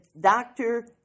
doctor